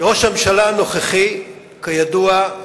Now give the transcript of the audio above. ראש הממשלה הנוכחי, כידוע,